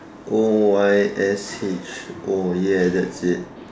O I S H O ya that's it